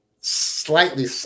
slightly